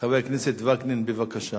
חבר הכנסת יצחק וקנין, בבקשה.